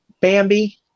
Bambi